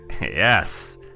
Yes